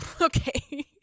okay